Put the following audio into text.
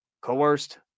coerced